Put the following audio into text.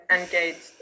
engaged